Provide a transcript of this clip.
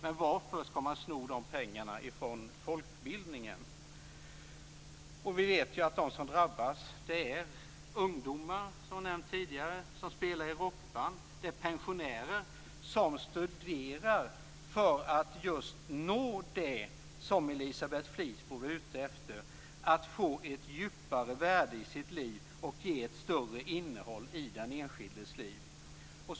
Men varför skall man sno de pengarna från folkbildningen? Vi vet att de som drabbas är ungdomar, som nämnts tidigare, som spelar i rockband. Det är pensionärer som studerar för att nå just det som Elisabeth Fleetwood är ute efter, att få ett djupare värde i sitt liv. Det ger ett större innehåll i den enskildes liv.